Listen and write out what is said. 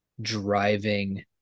driving